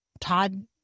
Todd